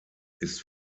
ist